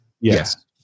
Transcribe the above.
Yes